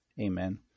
Amen